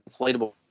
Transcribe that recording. inflatable